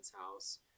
house